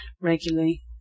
regularly